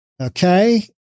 Okay